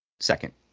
second